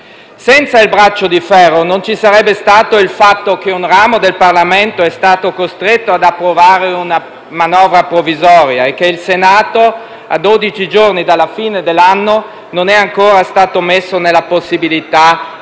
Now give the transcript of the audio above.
Senza il braccio di ferro, non ci sarebbe stato il fatto che un ramo del Parlamento sia stato costretto ad approvare una manovra provvisoria e che il Senato, a dodici giorni della fine dell'anno, non sia ancora stato messo nella possibilità di discutere